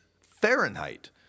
Fahrenheit